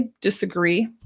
disagree